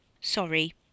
Sorry